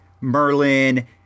Merlin